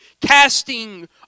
casting